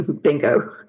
Bingo